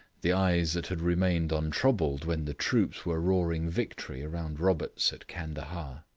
the eyes that had remained untroubled when the troops were roaring victory round roberts at candahar.